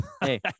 Hey